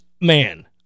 man